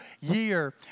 year